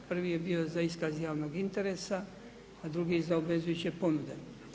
Prvi je bio za iskaz javnog interesa a drugi za obvezujuće ponude.